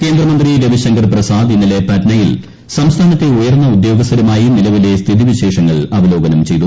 കേന്ദ്രമന്ത്രി രവിശങ്കർ പ്രസാദ് ഇന്നലെ പട്നയിൽ സംസ്ഥാനത്തെ ഉയർന്ന ഉദ്യോഗസ്ഥരുമായി നിലവിലെ സ്ഥിതി വിശേഷങ്ങൾ അവലോകനം ചെയ്തു